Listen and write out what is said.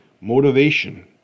Motivation